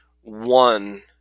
one